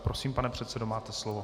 Prosím, pane předsedo, máte slovo.